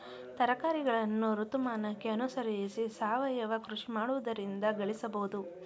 ತರಕಾರಿಗಳನ್ನು ಋತುಮಾನಕ್ಕೆ ಅನುಸರಿಸಿ ಸಾವಯವ ಕೃಷಿ ಮಾಡುವುದರಿಂದ ಗಳಿಸಬೋದು